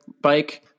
bike